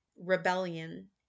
rebellion